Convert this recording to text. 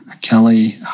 Kelly